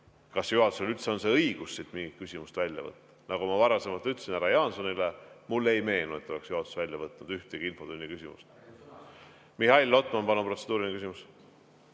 Kas juhatusel üldse on see õigus siit mingit küsimust välja võtta? Nagu ma varasemalt ütlesin härra Jaansonile, mulle ei meenu, et oleks juhatus välja võtnud ühtegi infotunni küsimust. Mihhail Lotman, palun, protseduuriline küsimus!